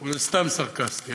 זה סתם סרקסטי.